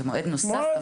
זה מועד נוסף.